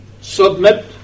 Submit